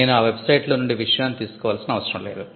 నేను ఆ website లోనుండి విషయాన్ని తీసుకోవాల్సిన అవసరం లేదు